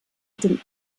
den